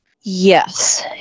Yes